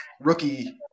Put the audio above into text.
rookie –